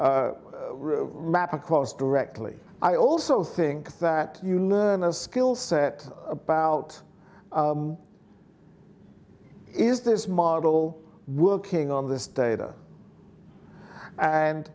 map across directly i also think that you learn a skill set about is this model working on this data and